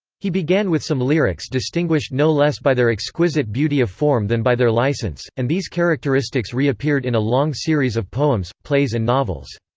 he began with some lyrics distinguished no less by their exquisite beauty of form than by their licence, and these characteristics reappeared in a long series of poems, plays and novels.